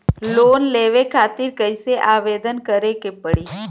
Loan लेवे खातिर कइसे आवेदन करें के पड़ी?